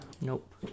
Nope